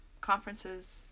conferences